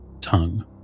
tongue